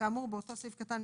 כאמור באותו סעיף קטן,